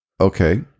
Okay